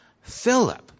Philip